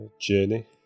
journey